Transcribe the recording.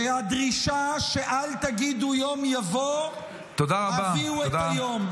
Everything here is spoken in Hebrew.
והדרישה "אל תגידו יום יבוא, הביאו את היום".